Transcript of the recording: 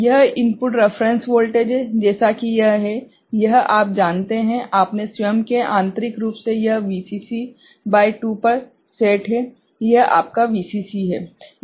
यह input reference voltage है जैसा कि यह है यह आप जानते हैं अपने स्वयं के आंतरिक रूप से यह VCC भागित 2 पर सेट है यह आपका VCC है